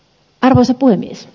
arvoisa puhemies